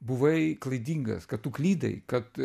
buvai klaidingas kad tu klydai kad